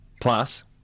Plus